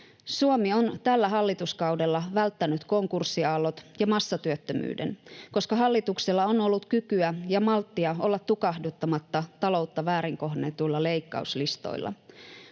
Suomi on tällä hallituskaudella välttänyt konkurssiaallot ja massatyöttömyyden, koska hallituksella on ollut kykyä ja malttia olla tukahduttamatta taloutta väärin kohdennetuilla leikkauslistoilla.